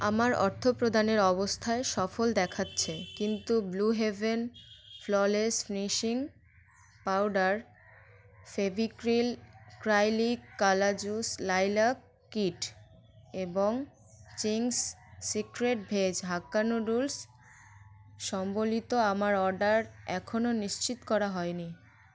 আমার অর্থপ্রদানের অবস্থায় সফল দেখাচ্ছে কিন্তু Blue Heaven flawless finishing powder Fevicryl acrylic colours lilac kit এবং Ching's Secret veg hakka noodles সম্বলিত আমার অর্ডার এখনো নিশ্চিত করা হয়নি